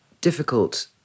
difficult